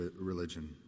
religion